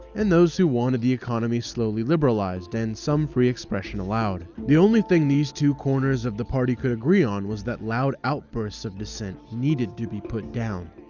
and those who wanted the economy slowly liberalized, and some free expression allowed. the only thing these two corners of the party could agree on was that loud outbursts of dissent needed to be put down